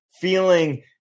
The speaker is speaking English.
feeling